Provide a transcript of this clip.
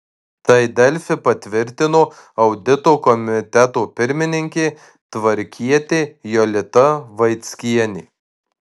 tai delfi patvirtino audito komiteto pirmininkė tvarkietė jolita vaickienė